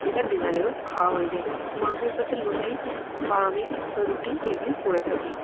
যেটা ডিনারেরও খাওয়া হয়ে যায় মাংসর সাথে লুচি বা আমি রুটি এগুলি করে থাকি